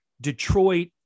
Detroit